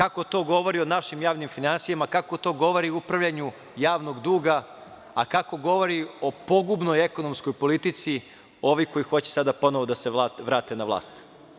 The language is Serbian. Pa, čekajte kako to govori o našim javnim finansijama, a kako to govori o upravljanju javnog duga, a kako govori o pogubnoj ekonomskoj politici ovih koji hoće sada ponovo da se vrate na vlast?